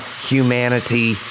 humanity